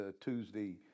Tuesday